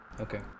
okay